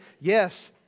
Yes